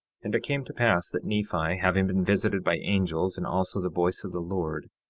and it came to pass that nephi having been visited by angels and also the voice of the lord,